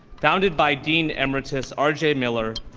founded by dean emeritus arjay miller,